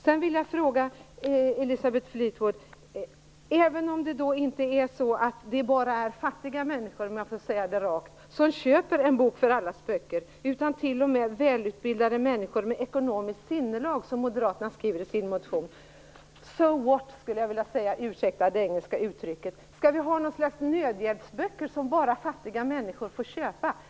Det är kanske inte bara fattiga människor - rakt uttryckt - som köper En bok för alla-böcker utan t.o.m. också människor "med ekonomiskt sinnelag", som moderaterna skriver i sin motion. So what? skulle jag vilja säga - ursäkta det engelska uttrycket! Skall vi ha ett slags nödhjälpsböcker som bara fattiga människor får köpa?